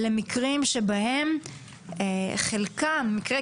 ובמקרים קיצוניים חלקם יכולים